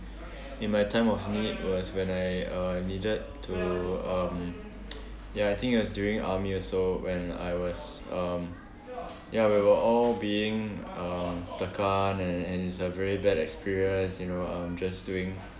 in my time of need was when I uh needed to um ya I think it was during army also when I was um ya we were all being uh tekan and and it's a very bad experience you know um just doing